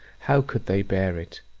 how could they bear it!